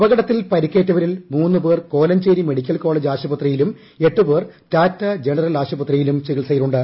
അപകടത്തിൽ പരി ക്കേറ്റവരിൽ മൂന്ന് പേർ കോലഞ്ചേരി മെഡിക്കൽ കോളേജ് ആശുപത്രിയിലും എട്ടു പേർ ടാറ്റാ ജനറൽ ആശുപത്രിയിലും ചികിത്സയിലുണ്ട്